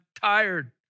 tired